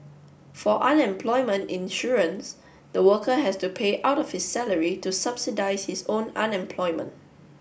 for unemployment insurance the worker has to pay out of his salary to subsidise his own unemployment